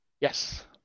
Yes